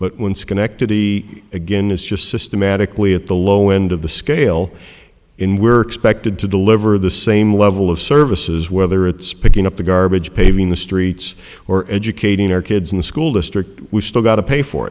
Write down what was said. but when schenectady again is just systematically at the low end of the scale in we're expected to deliver the same level of services whether it's picking up the garbage paving the streets or educating our kids in the school district we've still got to pay for